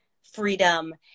freedom